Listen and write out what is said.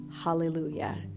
hallelujah